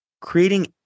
creating